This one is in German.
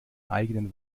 eigenen